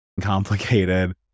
complicated